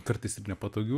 kartais ir nepatogių